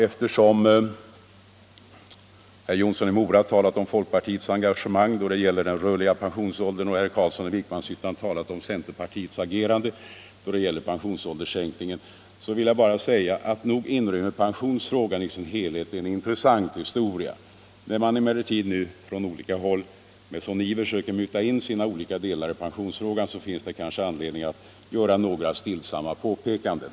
Eftersom herr Jonsson i Mora talat om folkpartiets engagemang då det gäller den rörliga pensionsåldern och herr Carlsson i Vikmanshyttan talat om centerpartiets agerande då det gäller pensionsålderssänkningen vill jag bara säga att nog inrymmer pensionsfrågan i sin helhet en intressant historia. När man emellertid från olika håll med sådan iver söker muta in sina olika delar i pensionsfrågan finns det kanske anledning att göra några stillsamma påpekanden.